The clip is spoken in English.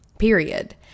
period